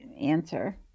answer